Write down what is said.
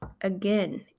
again